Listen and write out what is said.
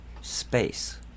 space